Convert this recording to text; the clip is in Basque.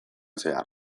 zehar